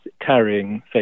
carrying